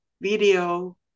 video